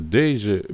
deze